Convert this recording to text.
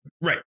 right